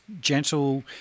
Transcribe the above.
gentle